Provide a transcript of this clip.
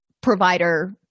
provider